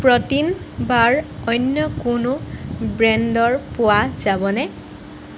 protein bar অন্য কোনো ব্ৰেণ্ডৰ পোৱা যাবনে